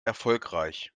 erfolgreich